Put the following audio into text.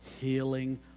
healing